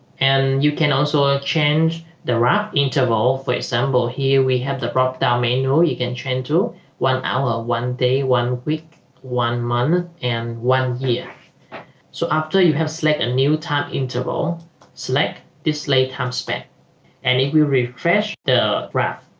and you can also ah change the rap interval for example here we have the proctor manual you can train to one hour one day one week one month and one year so after you have slept a new time interval select this late ham speck and if we refresh the graph